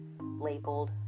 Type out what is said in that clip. labeled